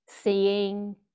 seeing